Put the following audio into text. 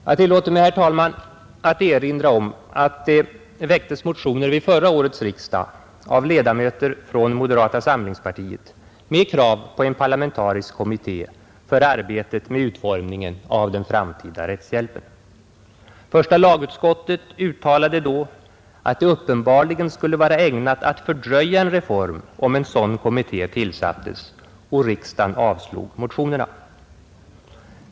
Jag tillåter mig, herr talman, att erinra om att det väcktes motioner vid förra årets riksdag av ledamöter från moderata samlingspartiet med krav på en parlamentarisk kommitté för arbetet med utformningen av den framtida rättshjälpen. Första lagutskottet uttalade då att det uppenbarligen skulle vara ägnat att fördröja en reform om en sådan kommitté tillsattes, och riksdagen avslog motionerna.